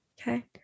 okay